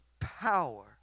power